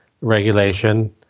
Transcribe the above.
regulation